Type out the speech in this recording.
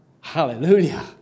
Hallelujah